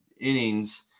innings